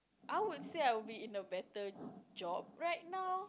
I would say I would be in a better job right now